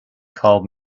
called